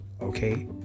okay